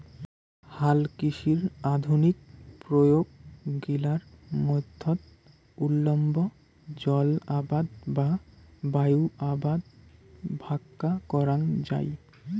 হালকৃষির আধুনিক প্রয়োগ গিলার মধ্যত উল্লম্ব জলআবাদ বা বায়ু আবাদ ভাক্কা করাঙ যাই